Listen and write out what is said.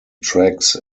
tracks